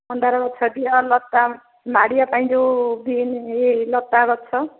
ମନ୍ଦାର ଗଛ ଦିଅ ଲତା ମାଡ଼ିବା ପାଇଁ ଯେଉଁ ଗ୍ରୀନ୍ ଇଏ ଲତା ଗଛ